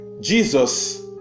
Jesus